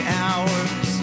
hours